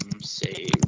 save